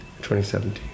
2017